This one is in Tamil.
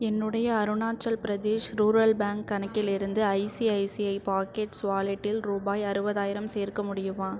என்னுடைய அருணாச்சல் பிரதேஷ் ரூரல் பேங்க் கணக்கிலிருந்து ஐசிஐசிஐ பாக்கெட்ஸ் வாலெட்டில் ரூபாய் அறுபதாயிரம் சேர்க்க முடியுமா